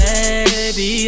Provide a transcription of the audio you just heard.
Baby